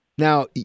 Now